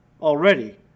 already